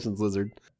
lizard